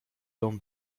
dom